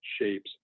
shapes